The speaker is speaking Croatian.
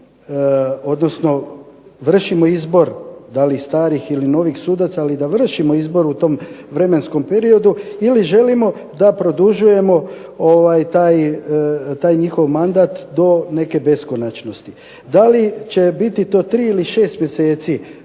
vršimo izbor da li starih ili novih sudaca, ali da vršimo izbor u tom vremenskom periodu ili želimo da produžujemo taj njihov mandat do neke beskonačnosti? Da li će biti to 3 ili 6 mjeseci